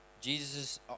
Jesus